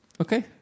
Okay